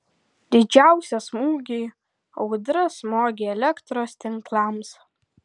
didžiausią smūgį audra smogė elektros tinklams